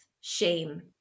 shame